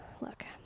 Look